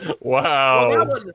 Wow